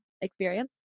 experience